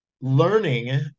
learning